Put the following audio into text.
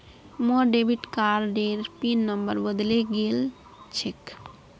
मोर डेबिट कार्डेर pin number बदले गेल छेक